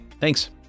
Thanks